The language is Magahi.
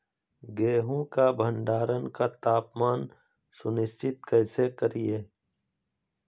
गेहूं का भंडारण का तापमान सुनिश्चित कैसे करिये?